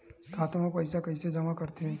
खाता म पईसा कइसे जमा करथे?